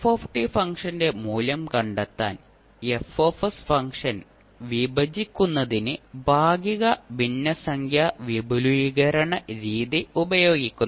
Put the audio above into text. f ഫംഗ്ഷന്റെ മൂല്യം കണ്ടെത്താൻ F ഫംഗ്ഷൻ വിഭജിക്കുന്നതിന് ഭാഗിക ഭിന്നസംഖ്യ വിപുലീകരണ രീതി ഉപയോഗിക്കുന്നു